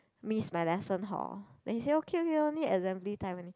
miss my lesson hor then he say okay okay only assembly time only